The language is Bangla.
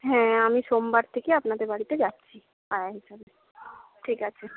হ্যাঁ আমি সোমবার থেকে আপনাদের বাড়িতে যাচ্ছি আয়া হিসাবে ঠিক আছে